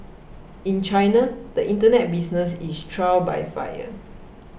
in China the Internet business is trial by fire